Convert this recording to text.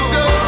go